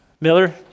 Miller